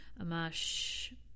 Amash